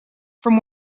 from